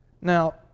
Now